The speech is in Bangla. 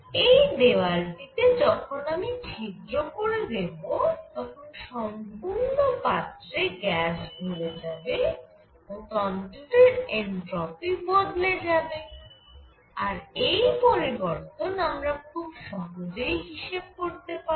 এই দেওয়ালটি তে যখন আমি ছিদ্র করে দেব তখন সম্পূর্ণ পাত্রে গ্যাস ভরে যাবে ও তন্ত্রটির এনট্রপি বদলে যাবে আর এই পরিবর্তন আমরা খুব সহজেই হিসেব করতে পারব